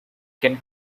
can